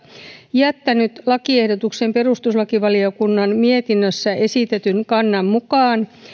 jättänyt lakiehdotuksen perustuslakivaliokunnan mietinnössä esitetyn kannan mukaan